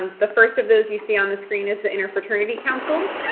um the first of those you see on the screen is the interfraternity council.